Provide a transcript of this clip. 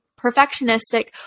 perfectionistic